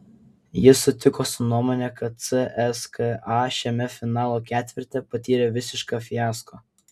jis sutiko su nuomone kad cska šiame finalo ketverte patyrė visišką fiasko